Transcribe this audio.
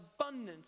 abundance